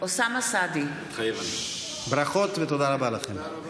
אוסאמה סעדי, מתחייב אני ברכות ותודה רבה לכם.